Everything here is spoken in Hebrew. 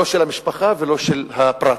לא של המשפחה ולא של הפרט,